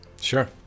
Sure